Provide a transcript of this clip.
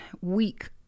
Weak